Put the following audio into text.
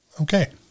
Okay